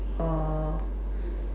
or